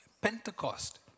Pentecost